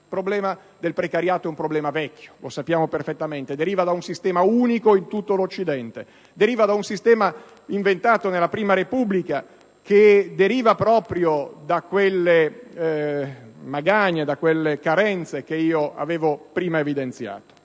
Il problema del precariato è un problema vecchio, lo sappiamo perfettamente, deriva da un sistema unico in tutto l'Occidente, da un sistema inventato nella prima Repubblica, proprio da quelle magagne e da quelle carenze che avevo prima evidenziato.